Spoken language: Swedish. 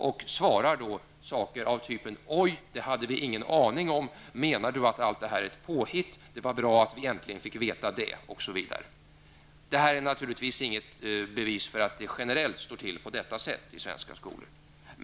De svarar då något i stil med: Oj, det hade vi ingen aning om. Menar du att allt detta är ett påhitt? Det var bra att vi äntligen fick veta det. Det här är naturligtvis inget bevis för att det generellt står till på detta sätt i svenska skolor.